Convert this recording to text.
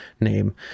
name